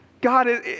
God